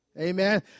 Amen